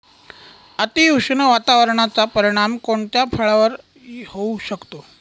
अतिउष्ण वातावरणाचा परिणाम कोणत्या फळावर होऊ शकतो?